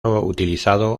utilizado